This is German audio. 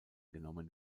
genommen